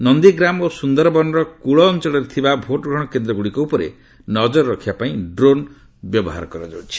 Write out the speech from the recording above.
ନନ୍ଦୀଗ୍ରାମ ଓ ସୁନ୍ଦରବନ ର କୂଳ ଅଞ୍ଚଳରେ ଥିବା ଭୋଟ୍ଗ୍ରହଣ କେନ୍ଦ୍ରଗୁଡ଼ିକ ଉପରେ ନଜର ରଖିବା ପାଇଁ ଡ୍ରୋନ ବ୍ୟବହାର କରାଯାଉଛି